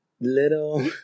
little